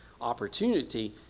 opportunity